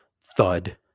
thud